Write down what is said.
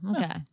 okay